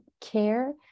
care